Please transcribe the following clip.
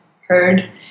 heard